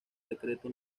decreto